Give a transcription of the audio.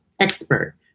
expert